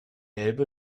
elbe